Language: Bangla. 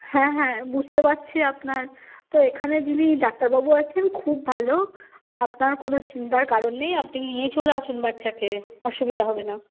হ্যাঁ হ্যাঁ বুঝতে পারছি আপনার তো এখানে যিনি ডাক্তারবাবু আছেন খুব ভালো আপনার কোনো চিন্তার কারণ নেই আপনি নিয়ে চলে আসুন বাচ্চাকে অসুবিধা হবে না